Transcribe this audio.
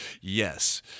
Yes